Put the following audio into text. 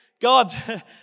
God